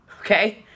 okay